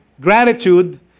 gratitude